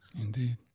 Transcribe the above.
Indeed